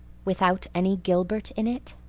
without any gilbert in it?